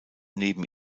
neben